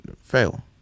fail